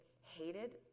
hated